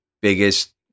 biggest